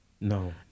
No